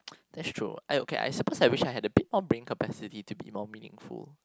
that's true I okay I suppose I wish I had a bit more brain capacity to be more meaningful